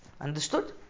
Understood